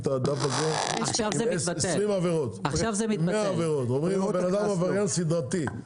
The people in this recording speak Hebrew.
יש 20 עבירות ואומרים שהבן אדם הוא עבריין סדרתי.